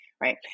Right